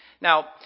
now